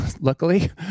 luckily